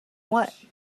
what